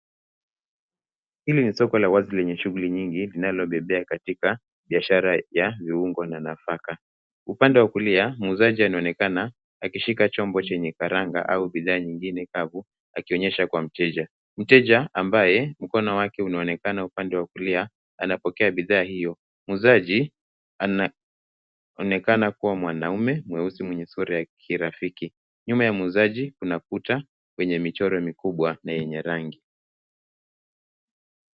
Hili ni soko la wazi lenye shughuli nyingi, linalobebea katika biashara ya viungo na nafaka. Upande wa kulia, muuzaji anaonekana akishika chombo chenye karanga au bidhaa nyingine kavu akionyesha kwa mteja. Mteja ambaye mkono wake unaonekana upande wa kulia, anapokea bidhaa hiyo, muuzaji anaonekana kuwa mwanaume mweusi mwenye sura ya kirafiki. Nyuma ya muuzaji, kuna kuta zenye michoro mikubwa na yenye rangi.